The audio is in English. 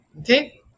Okay